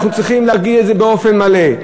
אנחנו צריכים להגיד את זה באופן מלא: